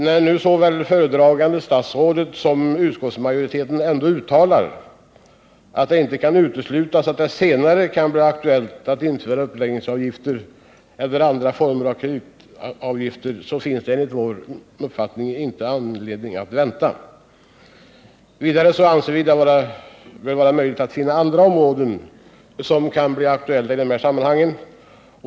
När såväl det föredragande statsrådet som utskottsmajoriteten ändå uttalar att det inte kan uteslutas att det senare kan bli aktuellt att införa uppläggningsavgifter eller andra former av kreditgarantier finns det enligt vår uppfattning inte någon anledning att vänta. Vidare anser vi att det bör vara möjligt att finna andra områden som också kan bli aktuella i det här sammanhanget.